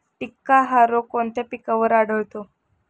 टिक्का हा रोग कोणत्या पिकावर आढळतो?